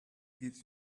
gives